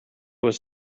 was